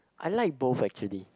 I like both actually